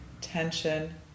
tension